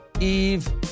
Eve